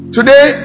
Today